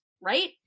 Right